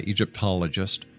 Egyptologist